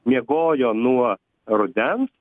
miegojo nuo rudens